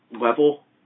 level